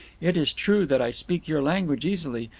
it is true that i speak your language easily,